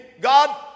God